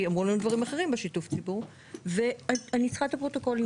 כי אמרו לנו דברים אחרים בשיתוף ציבור ואני צריכה את הפרוטוקולים.